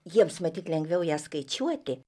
jiems matyt lengviau jas skaičiuoti